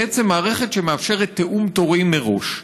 בעצם מערכת שמאפשרת תיאום תורים מראש.